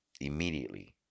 immediately